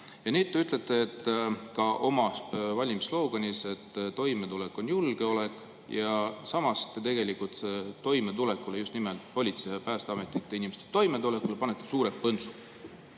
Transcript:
Te ütlesite oma valimissloganis, et toimetulek on julgeolek, samas te tegelikult toimetulekule, just nimelt politsei ja Päästeameti inimeste toimetulekule, panete suure põntsu.